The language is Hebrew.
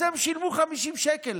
אז הם שילמו 50 שקל.